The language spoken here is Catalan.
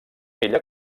ella